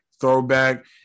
throwback